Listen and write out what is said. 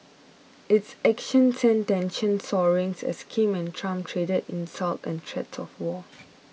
its actions sent tensions soaring's as Kim and Trump traded insults and threats of war